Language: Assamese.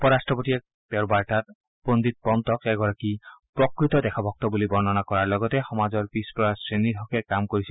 উপৰাট্টপতিগৰাকীয়ে তেওঁৰ বাৰ্তাত পণ্ডিত পণ্টক এগৰাকী প্ৰকৃত দেশভক্ত বুলি বৰ্ণনা কৰাৰ লগতে সমাজৰ পিছপৰা শ্ৰেণীৰ হকে কাম কৰিছিল